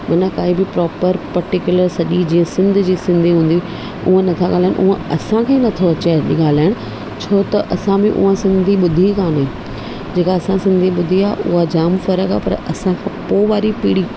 माना काई बि प्रॉपर पर्टीकुलर सॼी जीअं सिंध जी सिंधी हूंदी हुई उहा नथा ॻाल्हाइनि उहा असांखे नथो अचे अॼु ॻाल्हाइनि छो त असां बि उहा सिंधी ॿुधी कान्हे जेका असां सिंधी ॿुधी आहे उहा जाम फ़र्क़ु आहे पर असां पोइ वारी पीड़ी